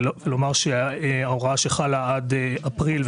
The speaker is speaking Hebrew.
ולומר שההוראה שחלה עד אפריל,